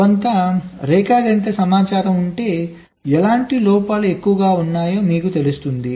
కొంత రేఖాగణిత సమాచారం ఉంటే ఎలాంటి లోపాలు ఎక్కువగా ఉన్నాయో మీకు తెలుస్తుంది